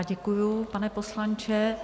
Děkuji, pane poslanče.